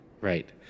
Right